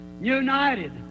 United